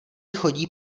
chodí